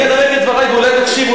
אני אנמק את דברי ואולי תקשיב,